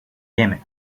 yemen